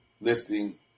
Lifting